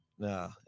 No